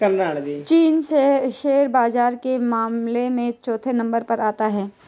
चीन शेयर बाजार के मामले में चौथे नम्बर पर आता है